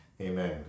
amen